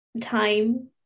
time